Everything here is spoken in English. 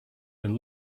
been